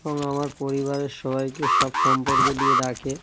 এবং আমার পরিবারের সবাইকে সব সম্পর্ক দিয়ে ডাকে